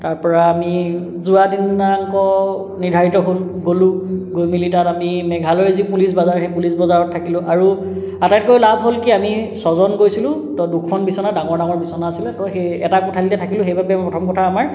তাৰ পৰা আমি যোৱাদিনা আকৌ নিৰ্ধাৰিত হ'ল গ'লোঁ গৈ মেলি তাত আমি মেঘালয় যি পুলিচ বজাৰ সেই পুলিচ বজাৰত থাকিলোঁ আৰু আটাইতকৈ লাভ হ'ল কি আমি ছজন গৈছিলোঁ তো দুখন বিছনা ডাঙৰ ডাঙৰ বিছনা আছিলে তো সেই এটা কোঠালিতে থাকিলোঁ সেইবাবে প্ৰথম কথা আমাৰ